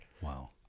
wow